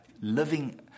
living